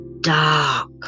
dark